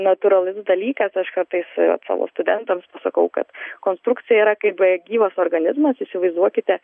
natūralus dalykas aš kartais savo studentams pasakau kad konstrukcija yra kaip gyvas organizmas įsivaizduokite